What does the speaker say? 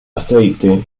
aceite